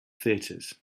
theatres